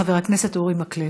חבר הכנסת אורי מקלב.